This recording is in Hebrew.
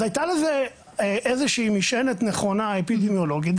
אז הייתה לזה איזושהי משענת נכונה אפידמיולוגית,